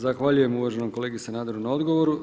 Zahvaljujem uvaženom kolegi Sanaderu na odgovoru.